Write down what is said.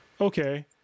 okay